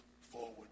forward